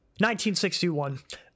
1961